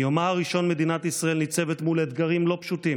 מיומה הראשון מדינת ישראל ניצבת מול אתגרים לא פשוטים